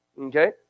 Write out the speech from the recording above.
Okay